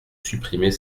supprimer